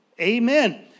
Amen